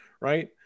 right